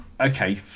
Okay